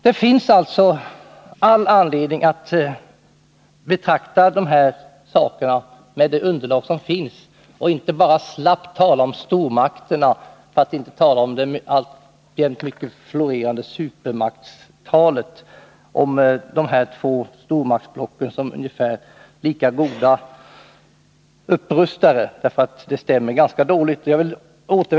Det finns alltså all anledning att använda sig av det underlag som finns när man talar om de här sakerna och inte bara slappt tala om stormakterna — för att inte tala om det alltjämt ymnigt florerande supermaktstalet — och omnämna de båda stormaktsblocken som lika goda upprustare. Det stämmer ganska dåligt.